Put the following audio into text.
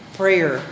prayer